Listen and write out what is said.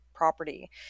property